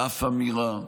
לאף אמירה,